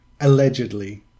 allegedly